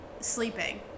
sleeping